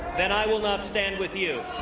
then i will not stand with you.